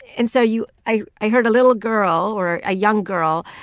and so, you i i heard a little girl, or a young girl,